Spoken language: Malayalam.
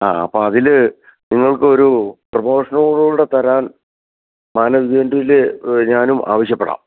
ആ അപ്പോൾ അതിൽ നിങ്ങള്ക്ക് ഒരു പ്രമോഷനോട് കൂടെ തരാന് മാനേജ്മെന്റിൽ ഞാനും ആവശ്യപ്പെടാം